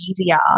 easier